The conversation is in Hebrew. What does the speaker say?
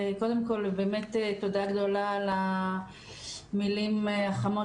קודם כל באמת תודה גדולה על המילים החמות